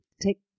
take